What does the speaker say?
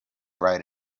write